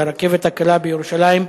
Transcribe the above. והרכבת הקלה בירושלים,